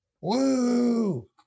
Woo